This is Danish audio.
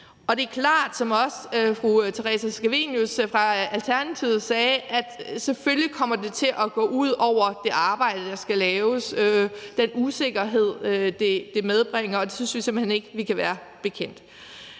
det er klart, som også fru Theresa Scavenius fra Alternativet sagde, at det selvfølgelig kommer til at gå ud over det arbejde, der skal laves, i forhold til den usikkerhed, det medfører, og det synes vi simpelt hen ikke vi kan være bekendt.